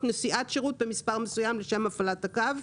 נסיעת שירות במספר מסוים לשם הפעלת הקו,